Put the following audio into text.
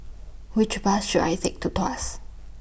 Which Bus should I Take to Tuas